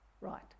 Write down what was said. right